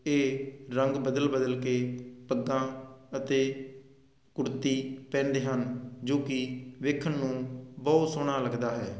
ਇਹ ਰੰਗ ਬਦਲ ਬਦਲ ਕੇ ਪੱਗਾਂ ਅਤੇ ਕੁੜਤੀ ਪਹਿਨਦੇ ਹਨ ਜੋ ਕਿ ਵੇਖਣ ਨੂੰ ਬਹੁਤ ਸੋਹਣਾ ਲੱਗਦਾ ਹੈ